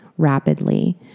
rapidly